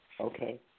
okay